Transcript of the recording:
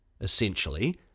Essentially